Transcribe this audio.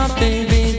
baby